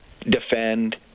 defend